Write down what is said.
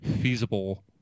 feasible